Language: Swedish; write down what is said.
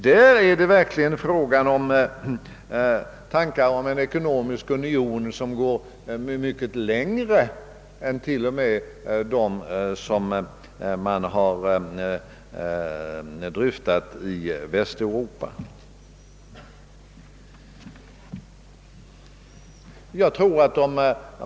Det är verkligen fråga om tankar på en ekonomisk union, vilken skulle gå längre än till och med vad som har dryftats i den västeuropeiska gemenskapen.